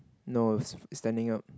no it's standing up